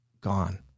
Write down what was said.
gone